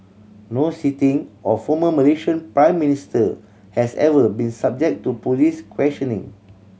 no sitting or former Malaysian Prime Minister has ever been subject to police questioning